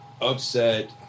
upset